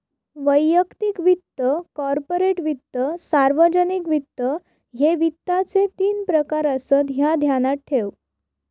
वैयक्तिक वित्त, कॉर्पोरेट वित्त, सार्वजनिक वित्त, ह्ये वित्ताचे तीन प्रकार आसत, ह्या ध्यानात ठेव